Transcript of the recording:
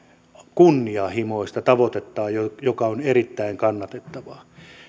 kunnianhimoista tavoitettaan joka on erittäin kannatettava